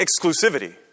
exclusivity